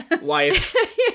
wife